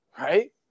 Right